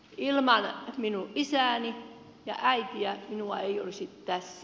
ilman minun isääni ja äitiäni minua ei olisi tässä